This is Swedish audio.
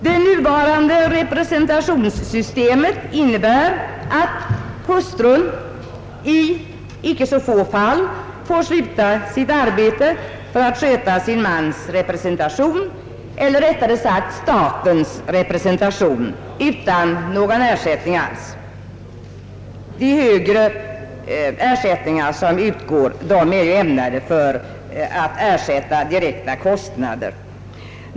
Det nuvarande representationssystemet innebär att hustrun i icke så få fall får upphöra med sitt arbete för att sköta sin mans representation — eller rättare sagt statens representation — utan någon ersättning alls. De ersättningar som utgår är ämnade att täcka direkta kostnader.